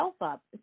up